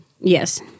Yes